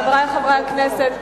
חברי חברי הכנסת,